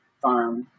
farm